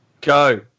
Go